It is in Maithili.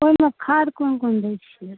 ओहिमे खाद कोन कोन दै छिए